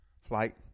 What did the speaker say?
Flight